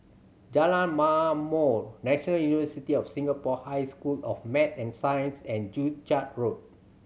Jalan Ma'mor National University of Singapore High School of Math and Science and Joo Chiat Road